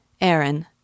Aaron